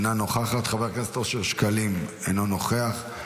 אינה נוכחת, חבר הכנסת אושר שקלים אינו נוכח.